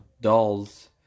dolls